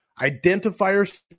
Identifiers